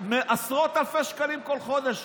עשרות אלפי שקלים כל חודש,